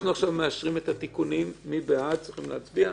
אנחנו עכשיו מאשרים את התיקונים, צריכים להצביע.